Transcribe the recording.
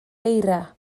eira